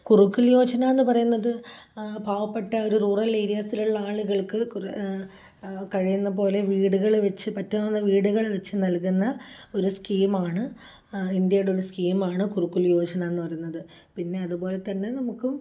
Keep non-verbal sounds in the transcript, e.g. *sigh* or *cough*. *unintelligible* യോജനഎന്നു പറയുന്നതു പാവപ്പെട്ട ഒരു റൂറൽ ഏരിയാസിലുള്ള ആളുകൾക്കു കഴിയുന്നതുപോലെ വീടുകള് വച്ചു പറ്റുന്ന വീടുകള് വച്ചു നൽകുന്ന ഒരു സ്കീമാണ് ഇന്ത്യയുടെ ഒരു സ്കീമാണ് *unintelligible* യോജന എന്നു പറയുന്നത് പിന്നെ അതുപോലെ തന്നെ നമുക്കും